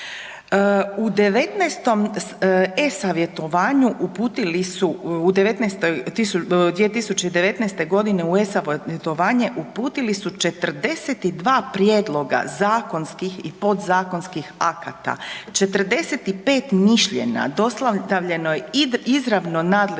U 2019. godini e-Savjetovanje uputili su 42 prijedloga zakonskih i podzakonskih akata, 45 mišljenja dostavljeno je izravno nadležnim